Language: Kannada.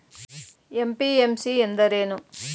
ಎಂ.ಪಿ.ಎಂ.ಸಿ ಎಂದರೇನು?